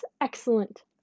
excellent